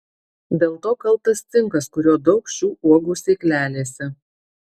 dėl to kaltas cinkas kurio daug šių uogų sėklelėse